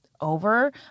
Over